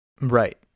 Right